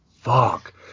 Fuck